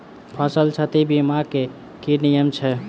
फसल क्षति बीमा केँ की नियम छै?